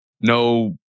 no